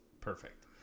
Perfect